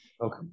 Okay